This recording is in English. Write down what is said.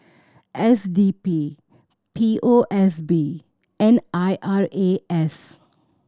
S D P P O S B and I R A S